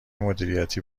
مدیریتی